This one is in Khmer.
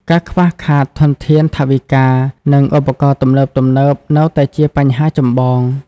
ការខ្វះខាតធនធានថវិកា និងឧបករណ៍ទំនើបៗនៅតែជាបញ្ហាចម្បង។